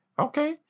Okay